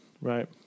Right